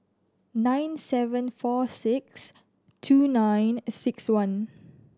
nine seven four six two nine six one